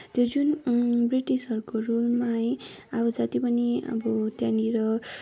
त्यो जुन ब्रिटिसहरूको रुलमा है अब जति पनि अब त्यहाँनिर